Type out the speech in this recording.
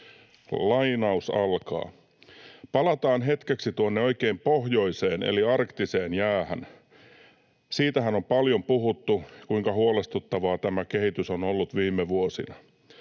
lainaus alkaa: ”Palataan hetkeksi tuonne oikein pohjoiseen, eli arktiseen jäähän. Siitähän on paljon puhuttu, kuinka huolestuttavaa tämä kehitys on ollut viime vuosina.